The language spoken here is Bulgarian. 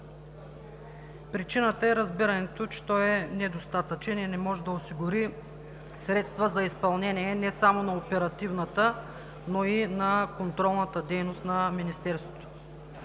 Причината е разбирането, че той е недостатъчен и не може да осигури средства за изпълнение не само на оперативната, но и на контролната дейност на Министерството.